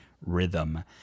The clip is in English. rhythm